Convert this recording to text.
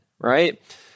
right